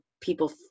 people